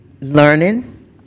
learning